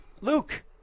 Luke